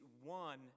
one